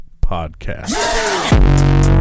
podcast